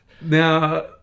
Now